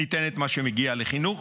ניתן את מה שמגיע לחינוך,